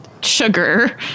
sugar